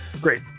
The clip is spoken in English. Great